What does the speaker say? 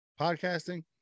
Podcasting